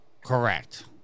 Correct